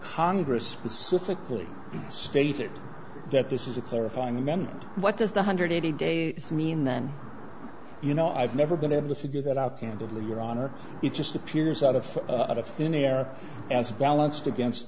congress specifically stated that this is a clarifying amendment what does the hundred eighty days mean then you know i've never been able to figure that out candidly your honor it just appears out of out of thin air as balanced against